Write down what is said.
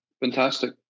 fantastic